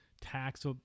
tax